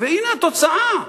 והנה התוצאה: